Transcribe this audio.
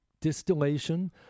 distillation